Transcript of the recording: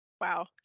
wow